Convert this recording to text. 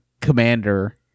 commander